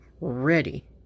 ready